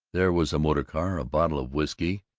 there was a motor car, a bottle of whisky,